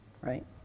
right